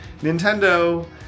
Nintendo